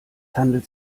handelt